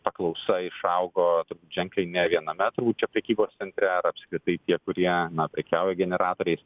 paklausa išaugo ženkliai ne viename turbūt čia prekybos centre ar apskritai tie kurie na prekiauja generatoriais